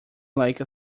like